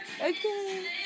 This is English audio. Okay